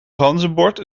ganzenbord